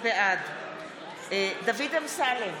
בעד דוד אמסלם,